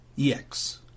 EX